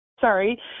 Sorry